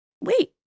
Wait